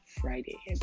Friday